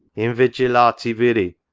invigilate viri,